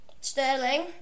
Sterling